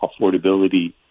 affordability